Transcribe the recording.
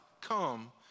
come